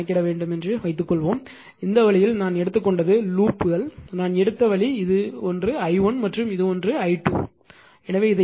கணக்கிட வேண்டும் என்று வைத்துக்கொள்வோம் இந்த வழியில் நான் எடுத்துக்கொண்டது லூப்கள் நான் எடுத்த வழி இது ஒன்று i1 மற்றும் இது ஒன்று i2 போன்றது